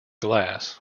glass